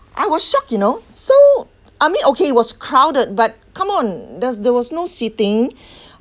I was shocked you know so I mean okay it was crowded but come on does there was no seating